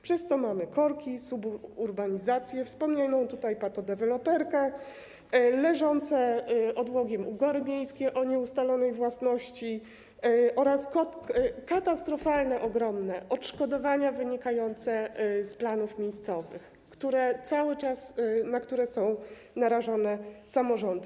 Przez to mamy korki, suburbanizację, wspomnianą tutaj patodeweloperkę, leżące odłogiem ugory miejskie o nieustalonej własności oraz katastrofalne, ogromne odszkodowania wynikające z planów miejscowych, na które cały czas są narażone samorządy.